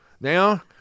Now